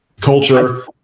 culture